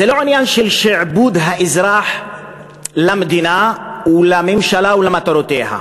זה לא עניין של שעבוד האזרח למדינה ולממשלה ולמטרותיה.